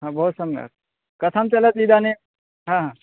हा बहु सम्यक् कथं चलति इदानीं आम्